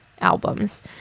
albums